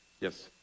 Yes